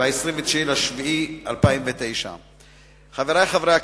ב-29 ביולי 2009. חברי חברי הכנסת,